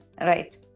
Right